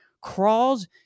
crawls